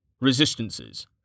Resistances